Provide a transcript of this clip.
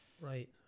Right